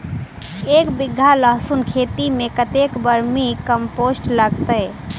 एक बीघा लहसून खेती मे कतेक बर्मी कम्पोस्ट लागतै?